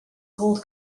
gold